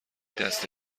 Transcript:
دسته